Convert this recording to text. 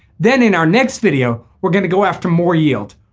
then in our next video we're going to go after more yield.